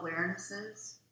awarenesses